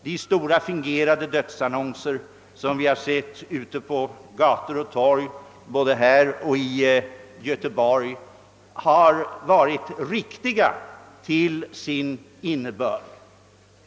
De stora fingerade dödsannonser, som vi sett på gator och torg både här och i Göteborg, har varit riktiga till sin innebörd.